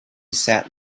sat